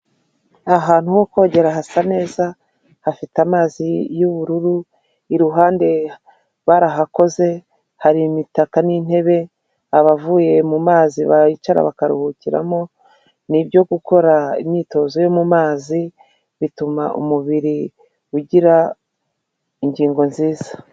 Ahantu ho kogera hasa neza, hafite amazi y'ubururu, iruhande barahakoze hari imitaka n'intebe, abavuye mu mazi bicara bakaruhukiramo, ni byo gukora imyitozo yo mu mazi bituma umubiri ugira ingingo nziza.